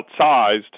outsized